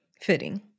fitting